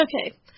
Okay